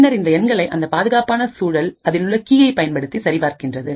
பின்பு இந்தஎண்களை அந்த பாதுகாப்பான சூழல் அதிலுள்ள கீயை பயன்படுத்தி சரி பார்க்கிறது